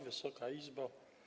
Wysoka Izbo!